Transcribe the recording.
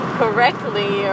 correctly